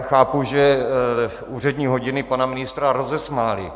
Chápu, že úřední hodiny pana ministra rozesmály.